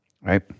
right